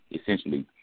essentially